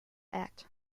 act